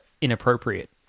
inappropriate